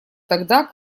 тогда